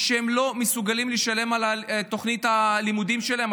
לא מסוגלים לשלם על תוכנית הלימודים שלהם,